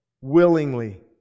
willingly